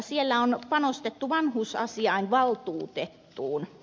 siellä on panostettu vanhuusasiain valtuutettuun